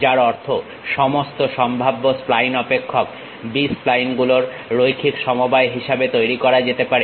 যার অর্থ সমস্ত সম্ভাব্য স্প্লাইন অপেক্ষক B স্প্লাইন গুলোর রৈখিক সমবায় হিসেবে তৈরি করা যেতে পারে